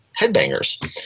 headbangers